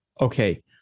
Okay